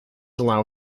allow